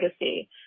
Legacy